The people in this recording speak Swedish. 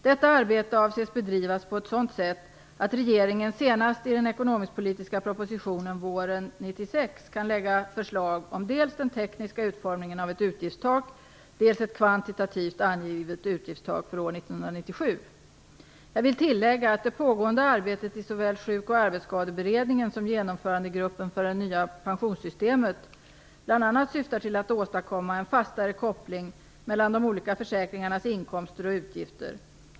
Detta arbete avses bedrivas på ett sådant sätt att regeringen senast i den ekonomisk-politiska propositionen våren 1996 kan lägga fram förslag om dels den tekniska utformningen av ett utgiftstak, dels ett kvantitativt angivet utgiftstak för år 1997. Jag vill tillägga att det pågående arbetet i såväl sjuk och arbetsskadeberedningen som genomförandegruppen för det nya pensionssystemet bl.a. syftar till att åstadkomma en fastare koppling mellan de olika försäkringarnas inkomster och utgifter.